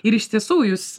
ir iš tiesų jūs